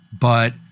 But-